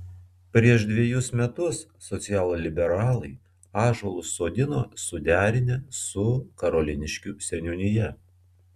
prieš dvejus metus socialliberalai ąžuolus sodino suderinę su karoliniškių seniūnija